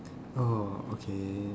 orh okay